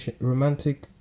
romantic